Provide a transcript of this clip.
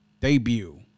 debut